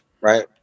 right